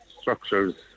structures